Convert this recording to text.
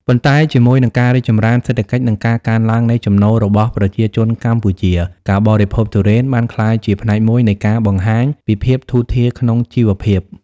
ប៉ុន្តែជាមួយនឹងការរីកចម្រើនសេដ្ឋកិច្ចនិងការកើនឡើងនៃចំណូលរបស់ប្រជាជនកម្ពុជា ការបរិភោគទុរេនបានក្លាយជាផ្នែកមួយនៃការបង្ហាញពីភាពធូរធារក្នុងជីវភាព។